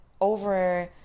over